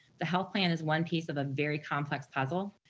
the health plan is one piece of a very complex puzzle.